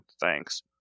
thanks